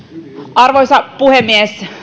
arvoisa puhemies